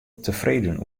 tefreden